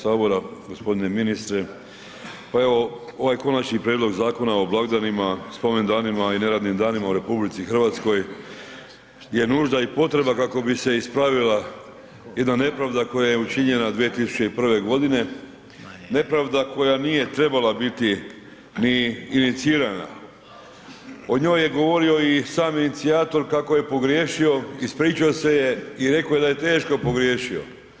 Hvala lijepo g. potpredsjedniče HS, g. ministre, pa evo ovaj Konačni prijedlog zakona o blagdanima, spomendanima i neradnim danima u RH je nužda i potreba kako bi se ispravila jedna nepravda koja je učinjena 2001.g., nepravda koja nije trebala biti ni inicirana, o njoj je govorio i sami inicijator kako je pogriješio, ispričao se i rekao je da je teško pogriješio.